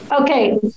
okay